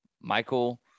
Michael